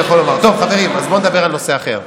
טוב, חברים, בואו נדבר על נושא אחר.